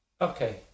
Okay